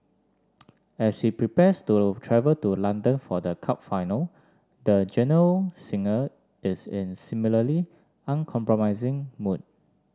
as he prepares to travel to London for the cup final the genial singer is in similarly uncompromising mood